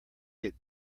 get